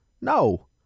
No